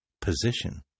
position